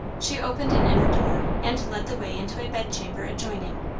she opened an inner door and led the way into a bedchamber adjoining,